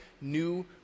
new